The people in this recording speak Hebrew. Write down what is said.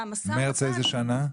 מרץ איזה שנה?